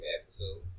episode